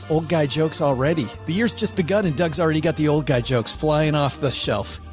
old guy jokes already. the year's just begun and doug's already got the old guy jokes flying off the show.